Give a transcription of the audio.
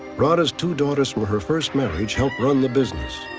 radha's two daughters from her first marriage helped run the business.